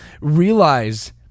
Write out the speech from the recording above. realize